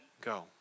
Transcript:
go